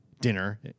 dinner